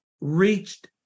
reached